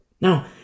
Now